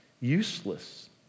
useless